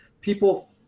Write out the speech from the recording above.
people